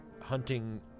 hunting